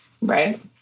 Right